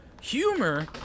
Humor